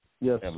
Yes